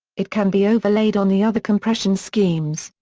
it can be overlaid on the other compression schemes,